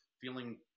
feeling